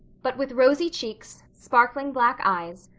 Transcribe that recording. but with rosy cheeks, sparkling black eyes,